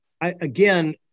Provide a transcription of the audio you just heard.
Again